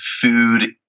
food